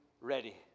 ready